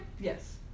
Yes